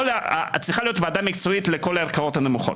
היא צריכה להיות ועדה מקצועית לכל הערכאות הנמוכות.